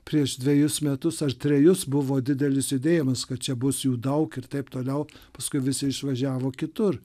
prieš dvejus metus ar trejus buvo didelis judėjimas kad čia bus jų daug ir taip toliau paskui visi išvažiavo kitur